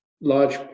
large